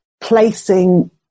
placing